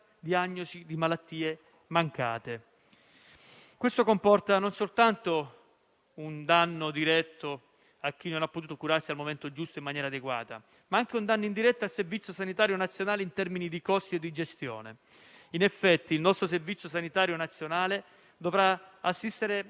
diagnosi di malattie mancate. Questo comporta non soltanto un danno diretto a chi non ha potuto curarsi al momento giusto in maniera adeguata, ma anche un danno indiretto al Servizio sanitario nazionale in termini di costi e gestione. In effetti, il nostro Servizio sanitario nazionale dovrà assistere